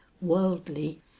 worldly